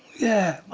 yeah.